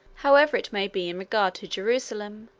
however it may be in regard to jerusalem,